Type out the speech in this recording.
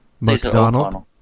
McDonald